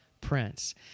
Prince